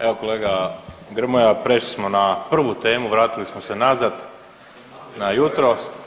Evo kolega Grmoja prešli smo na prvu temu, vratili smo se nazad na jutro.